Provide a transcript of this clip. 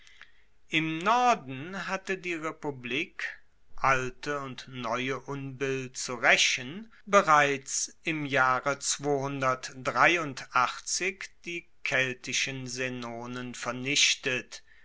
im norden hatte die republik alte und neue unbill zu raechen bereits im jahre die keltischen senonen vernichtet